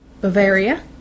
Bavaria